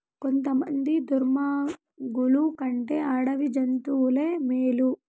కొంతమంది దుర్మార్గులు కంటే అడవి జంతువులే మేలు